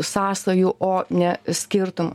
sąsajų o ne skirtumų